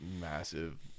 massive